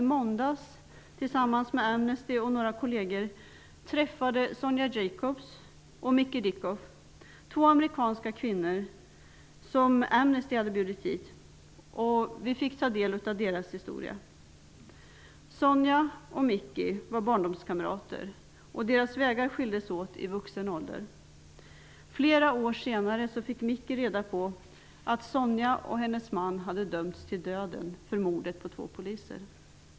I måndags träffade jag, tillsammans med Amnesty och några kolleger, nämligen Sonia Jacobs och Micki Dickoff -- två amerikanska kvinnor som Amnesty hade bjudit hit. Vi fick ta del av deras historia. Sonia och Micki var barndomskamrater. Deras vägar skildes åt i vuxen ålder. Flera år senare fick Micki reda på att Sonia och hennes man hade dömts till döden för mordet på två poliser.